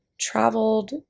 traveled